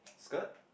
skirt